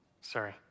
Sorry